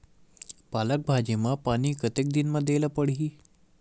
पालक भाजी म पानी कतेक दिन म देला पढ़ही?